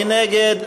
מי נגד?